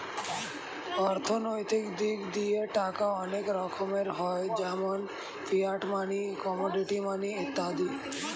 অর্থনৈতিক দিক দিয়ে টাকা অনেক রকমের হয় যেমন ফিয়াট মানি, কমোডিটি মানি ইত্যাদি